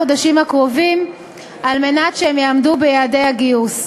החודשים הקרובים על מנת שהם יעמדו ביעדי הגיוס.